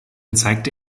zeigte